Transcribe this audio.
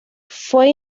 fue